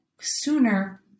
sooner